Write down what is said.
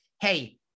Hey